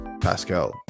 pascal